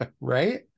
right